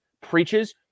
preaches